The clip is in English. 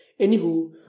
Anywho